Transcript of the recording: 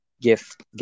gift